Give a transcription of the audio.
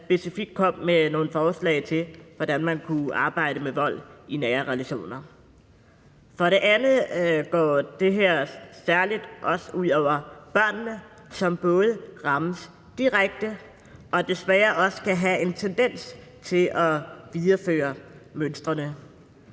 der specifikt kom med nogle forslag til, hvordan man kunne arbejde med vold i nære relationer. For det andet går det her særlig ud over børnene, som både rammes direkte og desværre også kan have en tendens til at videreføre mønstrene.